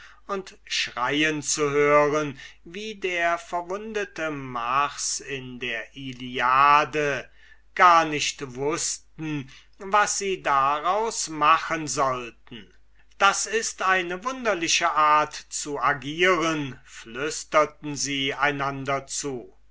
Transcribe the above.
und schreien zu hören wie der verwundete mars in der iliade gar nicht wußten was sie daraus machen sollten das ist eine wunderliche art zu agieren flüsterten sie einander zu